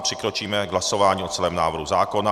Přikročíme k hlasování o celém návrhu zákona.